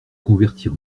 convertir